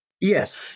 Yes